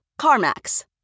CarMax